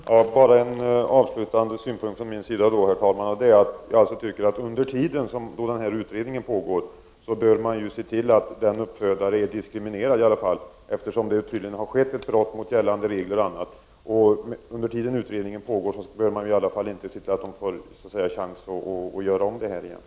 Herr talman! Jag vill avsluta med följande synpunkt från min sida. Jag anser att man under tiden som denna utredning pågår bör se till att den uppfödare det här är fråga om blir diskriminerad, eftersom det tydligen har skett ett brott mot gällande regler. Under den tid utredningen pågår bör man inte låta denna uppfödare få en chans att upprepa sin försummelse.